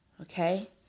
okay